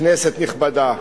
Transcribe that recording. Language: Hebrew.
כנסת נכבדה,